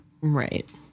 right